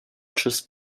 just